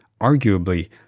arguably